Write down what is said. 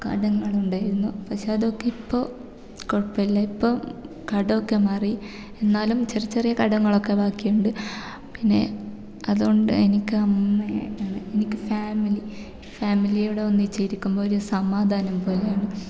കടങ്ങളുണ്ടായിരുന്നു പക്ഷേ അതൊക്കെ ഇപ്പോൾ കുഴപ്പമില്ല ഇപ്പോൾ കടമൊക്കെ മാറി എന്നാലും ചെറിയ ചെറിയ കടങ്ങളൊക്കെ ബാക്കിയുണ്ട് പിന്നെ അതുകൊണ്ട് എനിക്ക് അമ്മയെ എനിക്ക് ഫാമിലി ഫാമിലിയോടെ ഒന്നിച്ചിരിക്കുമ്പോൾ ഒരു സമാധാനം പോലെയാണ്